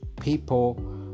people